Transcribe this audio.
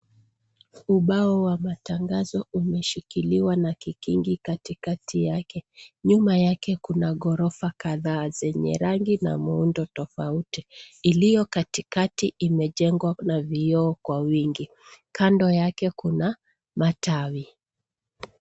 Ubao wa matangazo umeshikiliwa na kikingi katikati yake. Nyuma yake kuna ghorofa kadhaa zenye rangi na muundo tofauti. Iliyo katikati imejengwa na vioo kwa wingi. Kando yake kuna matawi.